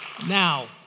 Now